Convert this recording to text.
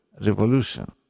Revolution